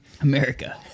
America